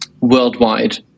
worldwide